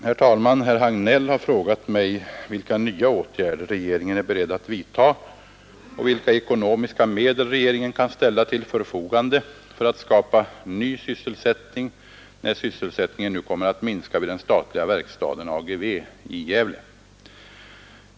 Herr talman! Herr Hagnell har frågat mig vilka nya åtgärder regeringen är beredd att vidta och vilka ekonomiska medel regeringen kan ställa till förfogande för att skapa ny sysselsättning, när sysselsättningen nu kommer att minska vid den statliga verkstaden AGV i Gävle.